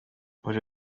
buri